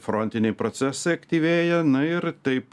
frontiniai procesai aktyvėja na ir taip